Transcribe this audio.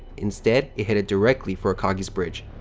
instead, it headed directly for a akagi's bridge.